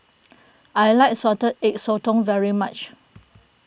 I like Salted Egg Sotong very much